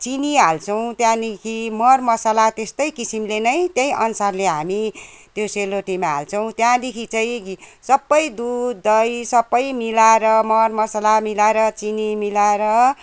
चिनी हाल्छौँ त्यहाँदेखि मरमसाला त्यस्तै किसिमले नै त्यही अनुसारले हामी त्यो सेलरोटीमा हाल्छौँ त्यहाँदेखि चाहिँ सबै दुघ दही सबै मिलाएर मरमसाला मिलाएर चिनी मिलाएर